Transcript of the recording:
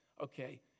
Okay